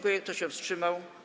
Kto się wstrzymał?